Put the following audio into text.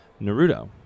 Naruto